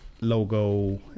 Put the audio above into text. logo